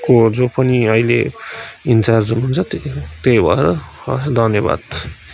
को जो पनि अहिले इन्चार्ज हुनुहुन्छ त्यो त्यही भएर हस् धन्यवाद